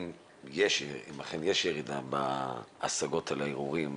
אם אכן יש ירידה בהשגות והערעורים?